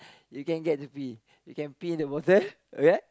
you can get to pee you can pee in the bottle